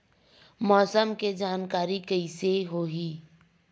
मौसम के जानकारी कइसे होही?